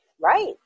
right